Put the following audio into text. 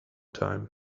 time